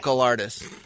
artists